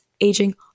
aging